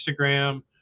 Instagram